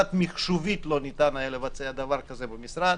מחשובית לא ניתן היה לבצע דבר כזה במשרד.